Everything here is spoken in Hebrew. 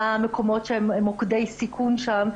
מה המקומות שהם מוקדי סיכון שם,